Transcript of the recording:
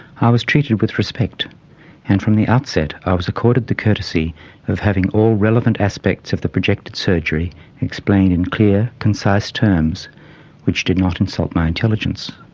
i was treated with respect and from the outset i was accorded the courtesy of having all relevant aspects of the projected surgery explained in clear, concise terms which did not insult my intelligence.